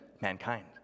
mankind